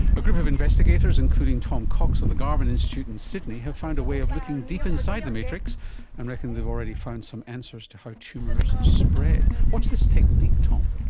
a group of investigators, including tom cox of the garvan institute in sydney, have found a way of looking deep inside the matrix and reckon they've already found some answers to how tumours spread. what's this technique, tom?